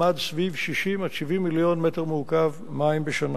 עמד סביב 60 70 מיליון מ"ק מים בשנה.